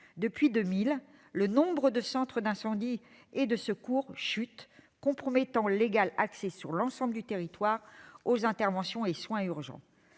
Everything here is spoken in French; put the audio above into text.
Depuis 2000, le nombre de centres d'incendie et de secours chute, compromettant l'égal accès sur l'ensemble du territoire aux interventions et aux soins urgents.